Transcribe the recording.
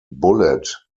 bullet